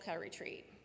Retreat